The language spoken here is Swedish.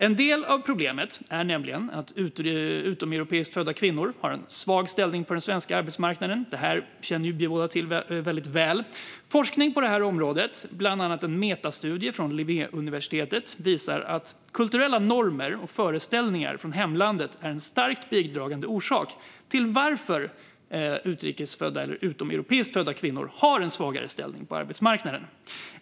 En del av det problemet är nämligen att utomeuropeiskt födda kvinnor har en svag ställning på den svenska arbetsmarknaden. Detta känner vi båda till väldigt väl. Forskning på området, bland annat en metastudie från Linnéuniversitetet, visar att kulturella normer och föreställningar från hemlandet är en starkt bidragande orsak till att utomeuropeiskt födda kvinnor har en svagare ställning på arbetsmarknaden.